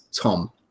Tom